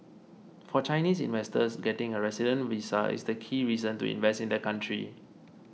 for Chinese investors getting a resident visa is the key reason to invest in the country